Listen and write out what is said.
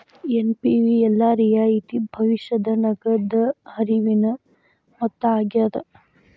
NPV ಎಲ್ಲಾ ರಿಯಾಯಿತಿ ಭವಿಷ್ಯದ ನಗದ ಹರಿವಿನ ಮೊತ್ತ ಆಗ್ಯಾದ